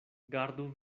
gardu